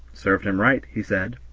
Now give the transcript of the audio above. served him right, he said.